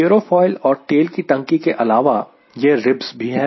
aerofoil और तेल की टंकी के अलावा यह रिब्ज भी है